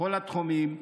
בכל התחומים,